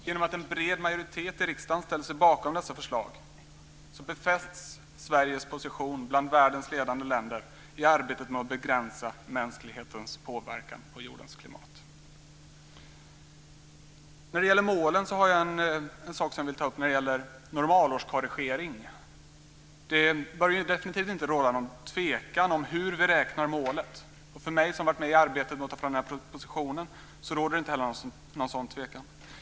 Genom att en bred majoritet i riksdagen ställer sig bakom dessa förslag befästs Sveriges position bland världens ledande länder i arbetet med att begränsa mänsklighetens påverkan på jordens klimat. När det gäller målen vill jag ta upp något om normalårskorrigering. Det bör definitivt inte råda någon tvekan om hur vi räknar målet. Och för mig som har varit med i arbetet med att ta fram denna proposition råder det inte heller någon sådan tvekan.